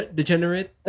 Degenerate